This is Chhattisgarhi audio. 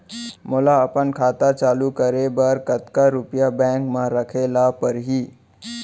मोला अपन खाता चालू रखे बर कतका रुपिया बैंक म रखे ला परही?